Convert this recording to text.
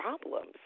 problems